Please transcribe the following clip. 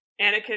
Anakin